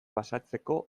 pasatzeko